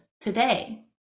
today